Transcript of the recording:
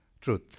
truth